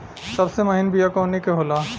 सबसे महीन बिया कवने के होला?